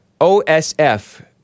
OSF